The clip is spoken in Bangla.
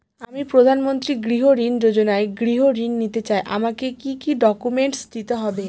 আমি প্রধানমন্ত্রী গৃহ ঋণ যোজনায় গৃহ ঋণ নিতে চাই আমাকে কি কি ডকুমেন্টস দিতে হবে?